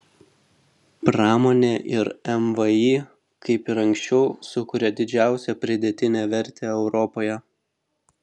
pramonė ir mvį kaip ir anksčiau sukuria didžiausią pridėtinę vertę europoje